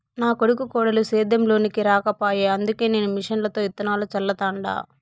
నా కొడుకు కోడలు సేద్యం లోనికి రాకపాయె అందుకే నేను మిషన్లతో ఇత్తనాలు చల్లతండ